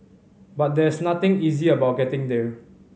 but there's nothing easy about getting there